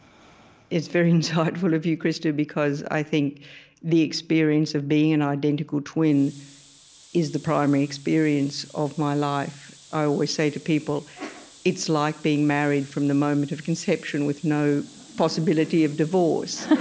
it's very insightful of you, krista, because i think the experience of being an identical twin is the primary experience of my life. i always say to people it's like being married from the moment of conception with no possibility of divorce